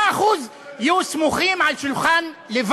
לא, הוא התכוון לשר כחלון.